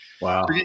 Wow